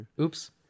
Oops